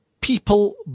people